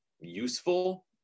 useful